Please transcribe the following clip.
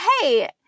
Hey